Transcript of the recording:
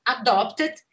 adopted